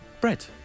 bread